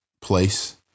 place